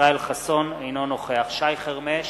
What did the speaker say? אינו נוכח שי חרמש,